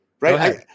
Right